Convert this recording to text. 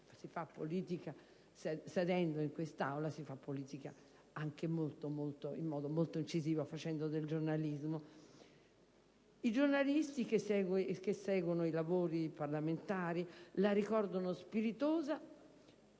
si fa politica sedendo in quest'Aula, si fa politica anche - e in modo molto incisivo - facendo del giornalismo. I giornalisti che seguono i lavori parlamentari la ricordano spiritosa